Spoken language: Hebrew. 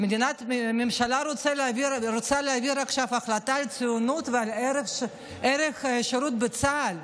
הממשלה רוצה להעביר עכשיו החלטה על ציונות ועל ערך השירות בצה"ל,